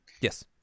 Yes